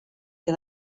que